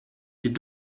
die